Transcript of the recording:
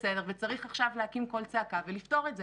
בסדר וצריך עכשיו להקים קול צעקה ולפתור את זה.